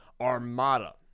armada